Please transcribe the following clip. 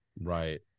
Right